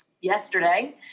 Yesterday